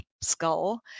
skull